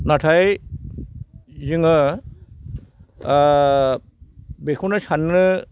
नाथाय जोङो बेखौनो साननो